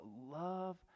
love